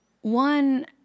One